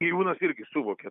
gyvūnas irgi suvokia